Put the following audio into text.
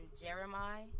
Jeremiah